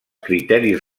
criteris